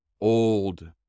old